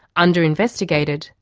under-investigated,